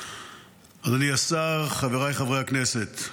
אדוני השר, חבריי חברי הכנסת,